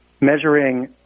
measuring